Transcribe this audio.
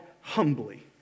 humbly